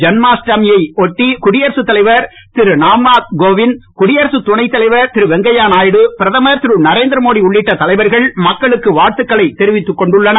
தன்மாஸ்டமியை ஒட்டி குடியரசு தலைவர் திரு ராம்நாத் கோவிந்த் குடியரசு துணைத் தலைவர் திரு வெங்கையாநாயுடு பிரதமர் திரு நரேந்திரமோடி உள்ளிட்ட தலைவர்கள் மக்களுக்கு வாழத்துக்களை தெரிவித்துக் கொண்டுள்ளனர்